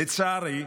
לצערי,